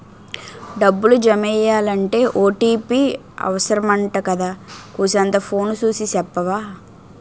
డబ్బులు జమెయ్యాలంటే ఓ.టి.పి అవుసరమంటగదా కూసంతా ఫోను సూసి సెప్పవా